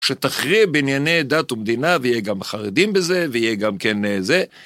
שתכריע בענייני דת ומדינה ויהיה גם חרדים בזה, ויהיה גם כן זה.